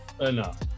enough